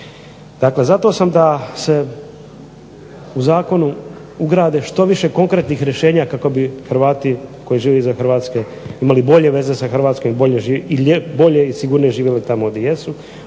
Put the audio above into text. Dakle, zato sam da se u zakonu ugrade što više konkretnih rješenja kako bi Hrvati koji žive izvan HRvatske imali bolje veze sa HRvatskom i bolje i sigurnije živjeli tamo gdje